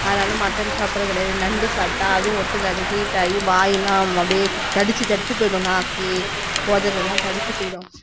அதனால மட்டன் சாப்பிறது கிடையாது நண்டு சாப்பிட்டா அதுவும் ஒத்துக்காது ஹீட் ஆகி வாயெல்லாம் அப்படியே தடித்து தடித்து போயிடும் நாக்கு உதடெல்லாம் தடித்து போயிடும்